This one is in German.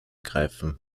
greifen